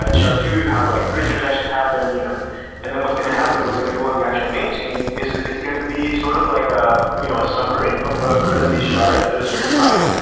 and shard two you have like three transactions happen. you know and then what's going to happen, what's going to go on the actual main chain is it's going to be sort of like ah you know a summary of what occurred in these shards at a certain time.